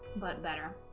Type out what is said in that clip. but better